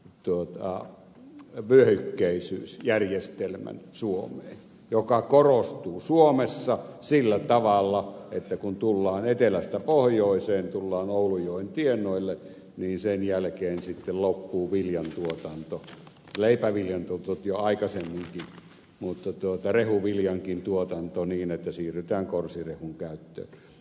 tuota abbey keisu järjestelmän suomi se korostuu suomessa sillä tavalla että kun tullaan etelästä pohjoiseen tullaan oulunjoen tienoille niin sen jälkeen sitten loppuu viljan tuotanto leipäviljan tuotanto jo aikaisemminkin mutta rehuviljankin tuotanto niin että siirrytään korsirehun käyttöön